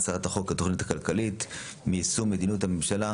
התוכנית הכלכלית (תיקוני חקיקה ליישום המדיניות הכלכלית